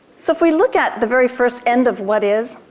so if we look at the very first end of what is,